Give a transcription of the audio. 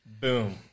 Boom